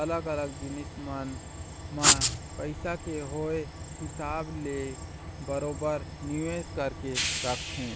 अलग अलग जिनिस मन म पइसा के होय हिसाब ले बरोबर निवेश करके रखथे